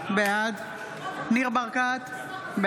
בעד ניר ברקת,